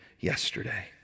yesterday